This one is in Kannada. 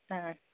ಹಾಂ